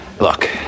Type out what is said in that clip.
Look